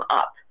up